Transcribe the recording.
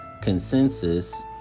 consensus